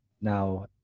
Now